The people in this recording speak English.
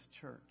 church